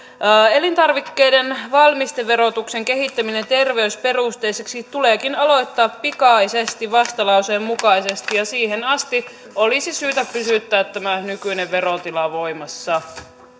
elintarvikkeiden valmisteverotuksen kehittäminen terveysperusteiseksi tuleekin aloittaa pikaisesti vastalauseen mukaisesti ja siihen asti olisi syytä pysyttää tämä nykyinen verotila voimassa